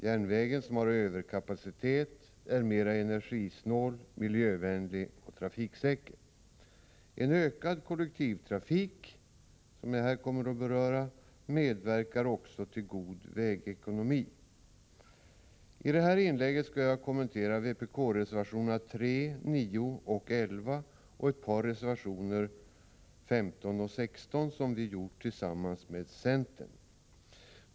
Järnvägen, som har överkapacitet, är mera energisnål, miljövänlig och trafiksäker. En ökning av kollektivtrafiken, som jag här kommer att beröra, medverkar också till god vägekonomi. I detta inlägg skall jag kommentera vpk-reservationerna 3, 9 och 11 och ett par reservationer, 14 och 15, som vi avgivit tillsammans med centern.